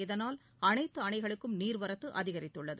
இதனால் அனைத்து அணைகளுக்கும் நீர்வரத்து அதிகரித்துள்ளது